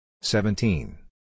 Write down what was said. seventeen